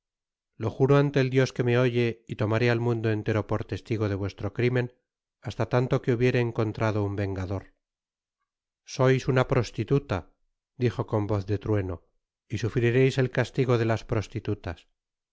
lo juro ante el dios que me oye y tomaré al mundo entero por testigo de vuestro crimen hasta tanto que hubiere encontrado un vengador content from google book search generated at sois una prostituta dijo con voz de trueno y sufrireis el castigo de las prostitutas